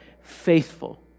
faithful